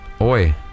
Oi